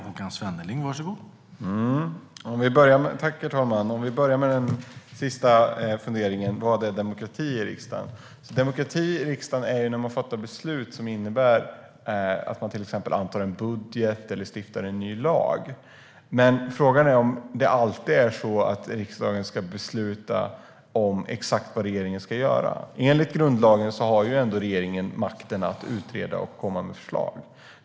Herr talman! Jag börjar med den sista funderingen: Vad är demokrati i riksdagen? Demokrati i riksdagen är när man fattar beslut som innebär att man till exempel antar en budget eller stiftar en ny lag. Men frågan är om det alltid är så att riksdagen ska besluta exakt vad regeringen ska göra. Enligt grundlagen har regeringen makten att utreda och komma med förslag.